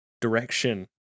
direction